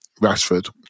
Rashford